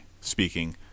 speaking